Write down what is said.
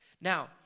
Now